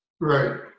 Right